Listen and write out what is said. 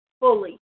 fully